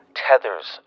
tethers